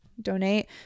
Donate